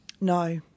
No